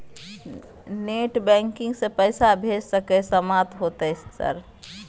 Net banking से पैसा भेज सके सामत होते सर?